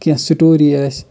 کینٛہہ سٹوری آسہِ